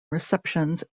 receptions